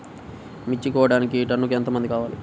మిర్చి కోయడానికి టన్నుకి ఎంత మంది కావాలి?